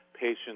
patients